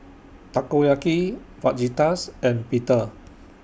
Takoyaki Fajitas and Pita